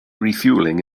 refueling